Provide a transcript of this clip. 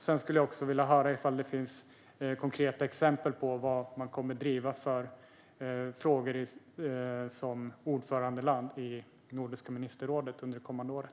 Sedan skulle jag vilja höra ifall det finns konkreta exempel på vilka frågor man kommer att driva som ordförandeland i Nordiska ministerrådet under det kommande året.